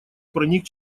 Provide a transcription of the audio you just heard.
проник